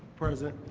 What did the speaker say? present.